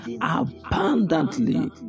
abundantly